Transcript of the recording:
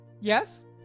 Yes